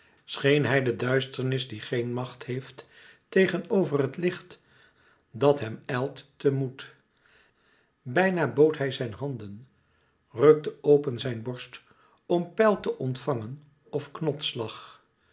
scheen hij de duisternis die geen macht heeft tegen over het licht dat hem ijlt te moet bijna bood hij zijn handen rukte open zijn borst om pijl te ontvangen of